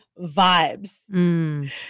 vibes